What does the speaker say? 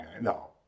No